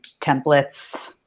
templates